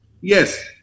Yes